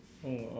!aww!